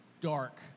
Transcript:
dark